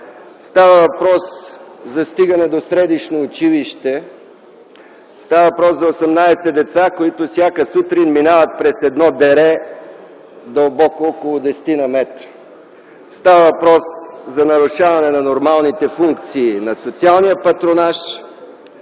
Става въпрос за достигане до средищното училище от 18 деца, които всяка сутрин минават през дере, дълбоко около десетина метра. Става въпрос за нарушаване на нормалните функции на социалния патронаж.